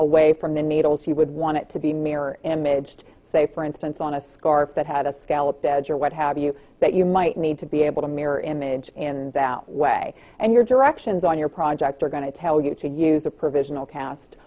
away from the needles you would want it to be mirror image to say for instance on a scarf that had a scallop that edge or what have you that you might need to be able to mirror image in that way and your directions on your project are going to tell you to use a provisional cast